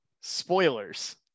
Spoilers